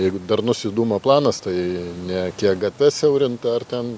jeigu darnus judumo planas tai ne kiek gatves siaurinti ar ten